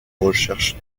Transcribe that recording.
recherche